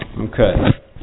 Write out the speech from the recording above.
Okay